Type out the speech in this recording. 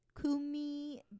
Kumi